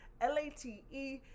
L-A-T-E